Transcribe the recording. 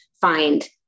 find